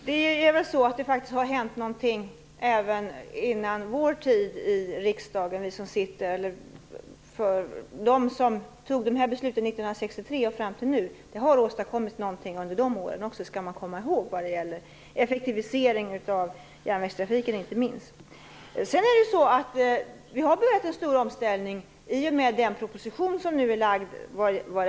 Fru talman! Det har faktiskt hänt någonting även före vår tid i riksdagen. De som fattade besluten mellan 1963 och fram till nu har också åstadkommit någonting, inte minst när det gäller effektivisering av järnvägstrafiken. Det skall man komma ihåg. Vi har påbörjat en stor omställning i och med den proposition som nu är framlagd.